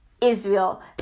Israel